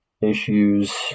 issues